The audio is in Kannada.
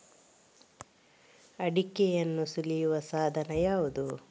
ಅಡಿಕೆಯನ್ನು ಸುಲಿಯುವ ಸಾಧನ ಯಾವುದು?